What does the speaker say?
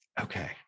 Okay